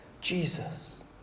Jesus